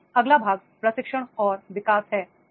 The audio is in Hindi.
अब अगला भाग प्रशिक्षण और विकास है